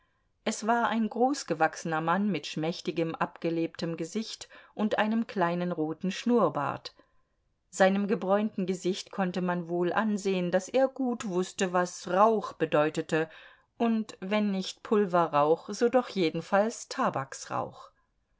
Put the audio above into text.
es war ein großgewachsener mann mit schmächtigem abgelebtem gesicht und einem kleinen roten schnurrbart seinem gebräunten gesicht konnte man wohl ansehen daß er gut wußte was rauch bedeutete und wenn nicht pulverrauch so doch jedenfalls